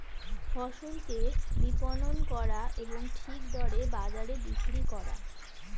ফসলকে বিপণন করা এবং ঠিক দরে বাজারে বিক্রি করা